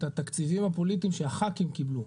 את התקציבים הפוליטיים שחברי הכנסת בקואליציה קיבלו.